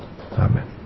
Amen